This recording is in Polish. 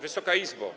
Wysoka Izbo!